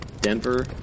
Denver